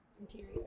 interior